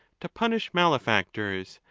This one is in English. to punish malefactors,